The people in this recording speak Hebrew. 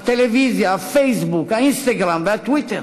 הטלוויזיה, הפייסבוק, האינסטגרם והטוויטר.